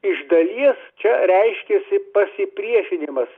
iš dalies čia reiškiasi pasipriešinimas